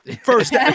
first